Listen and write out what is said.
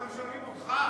אנחנו שואלים אותך.